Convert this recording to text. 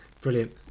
brilliant